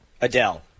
Adele